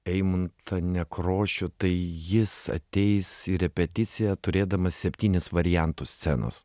eimuntą nekrošių tai jis ateis į repeticiją turėdamas septynis variantus scenos